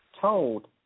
told